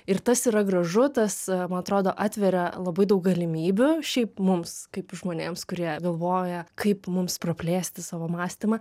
ir tas yra gražu tas man atrodo atveria labai daug galimybių šiaip mums kaip žmonėms kurie galvoja kaip mums praplėsti savo mąstymą